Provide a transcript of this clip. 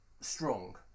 strong